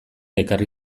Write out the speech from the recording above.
ekarri